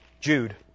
Jude